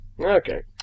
Okay